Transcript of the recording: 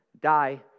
die